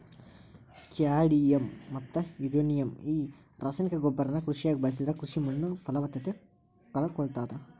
cadmium ಮತ್ತ uranium ಈ ರಾಸಾಯನಿಕ ಗೊಬ್ಬರನ ಕೃಷಿಯಾಗ ಬಳಸಿದ್ರ ಕೃಷಿ ಮಣ್ಣುತನ್ನಪಲವತ್ತತೆ ಕಳಕೊಳ್ತಾದ